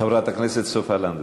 חברת הכנסת סופה לנדבר.